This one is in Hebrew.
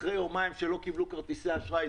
אחרי יומיים שלא קיבלו כרטיסי אשראי,